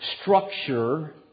structure